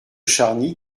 charny